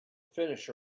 finish